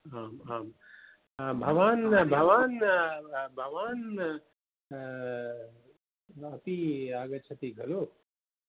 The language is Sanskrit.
आम् आं भवान् भवान् भवान् अपि आगच्छति खलु